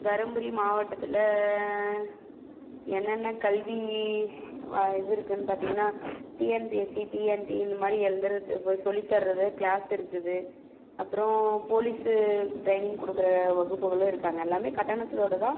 தர்மபுரி மாவட்டத்தில் என்னென்ன கல்வி இது இருக்குன்னு பார்த்திங்கன்னா டிஎன்பிஎஸ்சி டிஎன்டி இந்த மாதிரி எழுதுறது சொல்லித் தர்றது க்ளாஸ் இருக்குது அப்புறம் போலீஸு ட்ரைனிங் கொடுக்குற வகுப்புகளும் இருக்காங்க எல்லாம் கட்டணத்தோட தான்